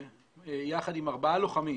יחד עם ארבעה לוחמים,